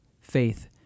faith